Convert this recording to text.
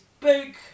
big